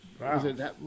Wow